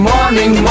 Morning